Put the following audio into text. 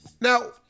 Now